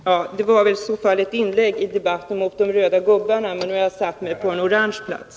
Herr talman! Det var väl i så fall ett inlägg i debatten mot de röda gubbarna. Nu har jag satt mig på en orange plats.